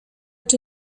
czy